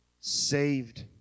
saved